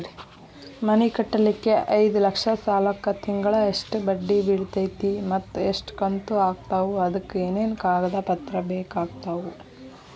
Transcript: ಮನಿ ಕಟ್ಟಲಿಕ್ಕೆ ಐದ ಲಕ್ಷ ಸಾಲಕ್ಕ ತಿಂಗಳಾ ಎಷ್ಟ ಬಡ್ಡಿ ಬಿಳ್ತೈತಿ ಮತ್ತ ಎಷ್ಟ ಕಂತು ಆಗ್ತಾವ್ ಅದಕ ಏನೇನು ಕಾಗದ ಪತ್ರ ಬೇಕಾಗ್ತವು?